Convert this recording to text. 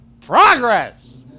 Progress